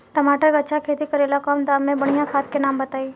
टमाटर के अच्छा खेती करेला कम दाम मे बढ़िया खाद के नाम बताई?